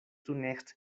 zunächst